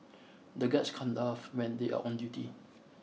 the guards can't laugh when they are on duty